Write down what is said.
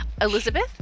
Elizabeth